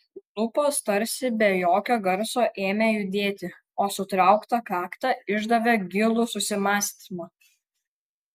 lūpos tarsi be jokio garso ėmė judėti o suraukta kakta išdavė gilų susimąstymą